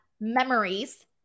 memories